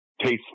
taste